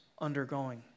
undergoing